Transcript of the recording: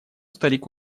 старик